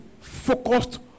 focused